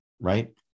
right